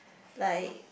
like